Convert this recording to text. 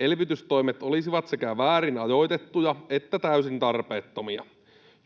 Elvytystoimet olisivat sekä väärin ajoitettuja että täysin tarpeettomia.